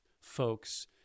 folks